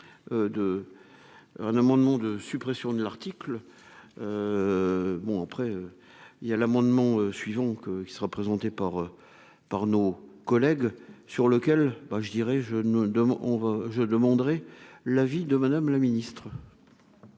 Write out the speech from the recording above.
un amendement de suppression de l'article, bon après il y a l'amendement suivons qu'il sera présenté par par nos collègues sur lequel ben je dirais je ne on va je demanderai l'avis de Madame la Ministre.